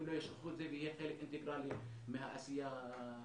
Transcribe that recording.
לא ישכחו את זה וזה יהיה חלק אינטגרלי מהעשייה שלהם.